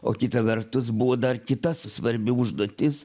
o kita vertus buvo dar kita svarbi užduotis